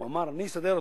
הוא אמר: אני אסדר אותו.